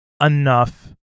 enough